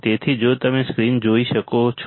તેથી જો તમે સ્ક્રીન જોઈ શકો છો